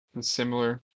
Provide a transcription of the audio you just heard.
similar